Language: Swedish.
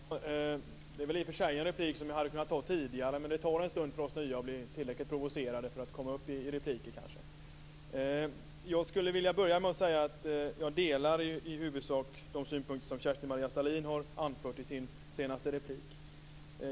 Fru talman! Jag hade i och för sig kunnat begära replik tidigare, men det tar en stund att som ny ledamot bli tillräckligt provocerad för att gå upp i replik. Jag vill börja med att säga att jag i huvudsak delar de synpunkter som Kerstin-Maria Stalin anförde i sin senaste replik.